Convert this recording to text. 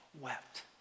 wept